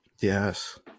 Yes